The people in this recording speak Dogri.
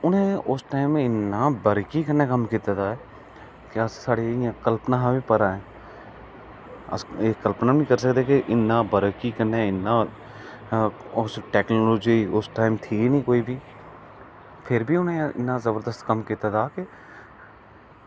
ते उनें उस टाईम इन्ना बारीकी कन्नै कम्म कीते दा ऐ की क्या साढ़ी कल्पना कशा बी परे एह् अस इन्ना कल्पना बी नेईं करी सकदे की एह् इन्ना बारीकी कन्नै उस टाईम टेक्नोलॉजी उस टाईम थी निं कोई बी ते फिर भी उनें इन्ना जबरदस्त कम्म कीते दा की